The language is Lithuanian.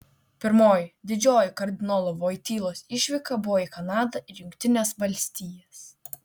pirmoji didžioji kardinolo voitylos išvyka buvo į kanadą ir jungtines valstijas